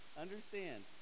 understand